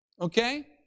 Okay